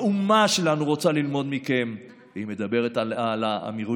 האומה שלנו רוצה ללמוד מכם" היא מדברת על האמירויות,